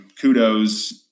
Kudos